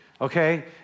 Okay